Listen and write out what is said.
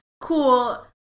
cool